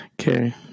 Okay